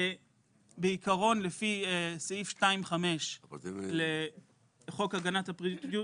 שבעיקרון לפי סעיף 2(5) לחוק הגנת הפרטיות,